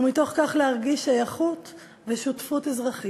ומתוך כך להרגיש שייכות ושותפות אזרחית.